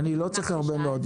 אני לא צריך הרבה מאוד.